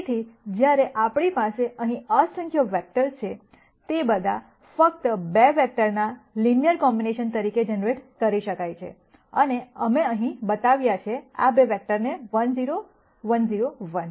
તેથી જ્યારે આપણી પાસે અહીં અસંખ્ય વેક્ટર્સ છે તે બધા ફક્ત 2 વેક્ટરના લિનયર કોમ્બિનેશન તરીકે જનરેટ કરી શકાય છે અને અમે અહીં બતાવ્યા છે આ 2 વેક્ટરને 1 0 1 0 1